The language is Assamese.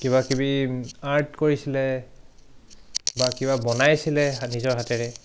কিবাকিবি আৰ্ট কৰিছিলে বা কিবা বনাইছিলে নিজৰ হাতেৰে